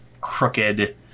crooked